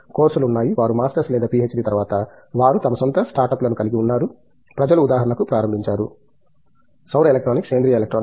కోర్సులు ఉన్నాయి వారి మాస్టర్స్ లేదా పిహెచ్డి తరువాత వారు తమ సొంత స్టార్ట్ అప్లను కలిగి ఉన్నారు ప్రజలు ఉదాహరణకు ప్రారంభించారు సౌర ఎలక్ట్రానిక్స్ సేంద్రీయ ఎలక్ట్రానిక్స్